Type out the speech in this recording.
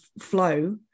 flow